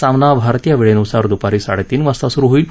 सामना भारतीय वेळेनुसार दुपारी साडेतीन वाजता सुरु होईल